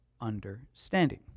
understanding